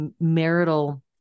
marital